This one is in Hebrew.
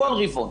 כל רבעון,